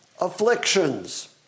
afflictions